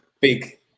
big